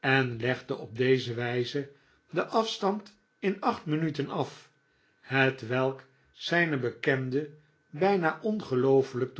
en legde op deze wijze den afstand in acht minuten af hetwelk zijne bekenden bijna ongeloofelijk